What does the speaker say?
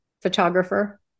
photographer